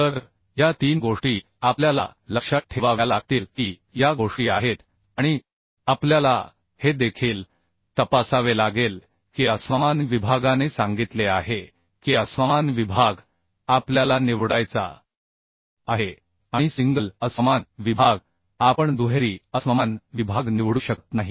तर या तीन गोष्टी आपल्याला लक्षात ठेवाव्या लागतील की या गोष्टी आहेत आणि आपल्याला हे देखील तपासावे लागेल की असमान विभागाने सांगितले आहे की असमान विभाग आपल्याला निवडायचा आहे आणि सिंगल असमान विभाग आपण दुहेरी असमान विभाग निवडू शकत नाही